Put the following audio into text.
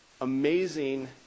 amazing